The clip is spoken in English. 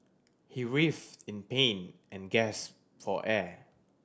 he writhed in pain and gasped for air